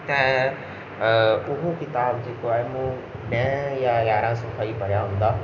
त उहो किताब जेको आहे उहो ॾह या यारहं सुफ़्हा ई पढ़िया हूंदा